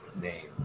name